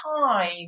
time